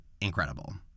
incredible